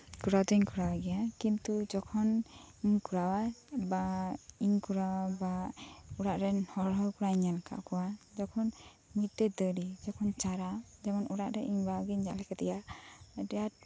ᱠᱚᱨᱟᱣ ᱫᱚᱧ ᱠᱚᱨᱟᱣ ᱜᱮᱭᱟ ᱠᱤᱱᱛᱩ ᱡᱚᱠᱷᱚᱱᱤᱧ ᱠᱚᱨᱟᱣᱟ ᱵᱟ ᱤᱧ ᱠᱚᱨᱟᱣᱟ ᱵᱟ ᱚᱲᱟᱜ ᱨᱮᱱ ᱦᱚᱲᱦᱚᱸ ᱠᱚᱨᱟᱣᱤᱧ ᱧᱮᱞᱟᱠᱟᱫ ᱠᱚᱣᱟ ᱡᱚᱠᱷᱚᱱ ᱢᱤᱫᱴᱮᱡ ᱫᱟᱨᱤ ᱪᱟᱨᱟ ᱡᱮᱢᱚᱱ ᱚᱲᱟᱜ ᱨᱮ ᱤᱧ ᱵᱟᱵᱟᱜᱤᱧ ᱧᱮᱞ ᱟᱠᱟᱫᱮᱭᱟ ᱟᱹᱰᱤ ᱟᱴ